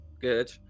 good